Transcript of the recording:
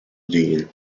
dean